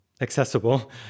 accessible